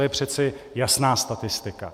To je přeci jasná statistika.